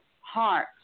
heart